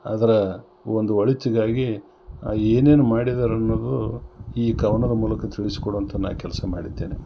ಅದರ ಒಂದು ಒಳಿತಿಗಾಗಿ ಏನೇನು ಮಾಡಿದ್ದಾರನ್ನೋದು ಈ ಕವನದ ಮೂಲಕ ತಿಳಿಸಿಕೊಡುವಂಥ ನಾ ಕೆಲಸ ಮಾಡಿದ್ದೇನೆ